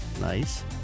nice